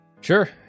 sure